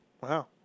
Wow